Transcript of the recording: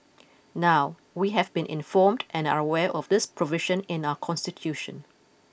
now we have been informed and are aware of this provision in our constitution